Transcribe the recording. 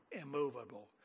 immovable